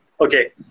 Okay